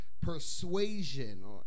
persuasion